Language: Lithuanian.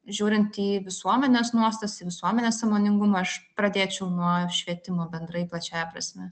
žiūrint į visuomenės nuostatas visuomenės sąmoningumą aš pradėčiau nuo švietimo bendrai plačiąja prasme